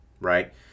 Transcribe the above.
right